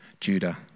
Judah